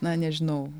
na nežinau